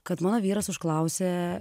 kad mano vyras užklausė